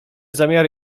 zamiar